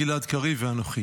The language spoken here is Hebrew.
גלעד קריב ואנוכי.